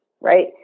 right